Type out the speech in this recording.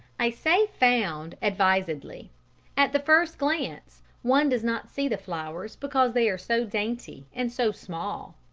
i say found advisedly at the first glance one does not see the flowers because they are so dainty and so small.